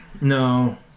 No